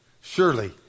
Surely